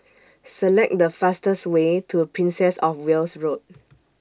Select The fastest Way to Princess of Wales Road